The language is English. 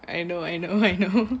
I know I know I know